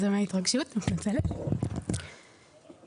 מתנצלת,